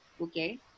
Okay